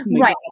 Right